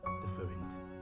different